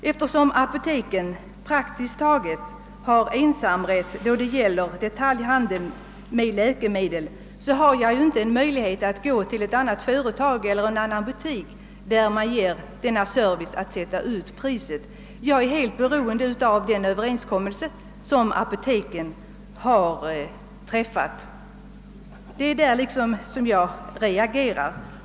Eftersom apoteken praktiskt taget har ensamrätt på detaljhandeln med läkemedel, har man inte någon möjlighet att vända sig till ett annat företag eller en annan butik, som skulle ge servicen att sätta ut priset på medicinetiketten, utan man är helt beroende av den överenskommelse som apoteken har träffat. Det är mot detta som jag reagerar.